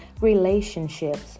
relationships